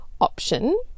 option